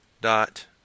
dot